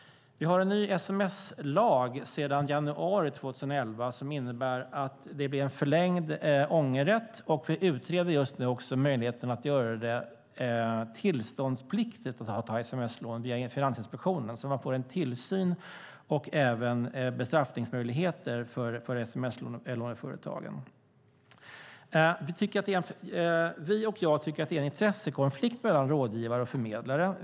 Sedan januari 2011 har vi en ny sms-lag som innebär förlängd ångerrätt, och just nu utreder vi möjligheten att göra det tillståndspliktigt, via Finansinspektionen, att ta sms-lån så att vi får en tillsyn och även bestraffningsmöjligheter vad gäller sms-låneföretagen. Vi och jag tycker att det finns en intressekonflikt mellan rådgivare och förmedlare.